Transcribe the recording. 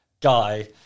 guy